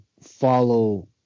follow